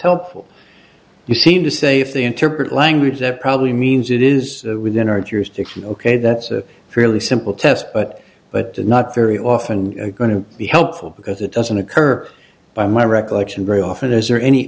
helpful you seem to say if they interpret language that probably means it is within our jurisdiction ok that's a fairly simple test but but not very often going to be helpful because it doesn't occur by my recollection very often is there any